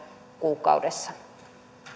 kuukaudessa